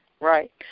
Right